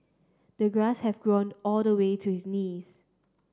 the grass had grown all the way to his knees